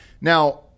Now